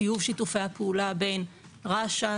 טיוב שיתופי הפעולה בין רש"א,